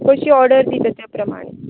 कशी ऑर्डर दिता त्या प्रमाणें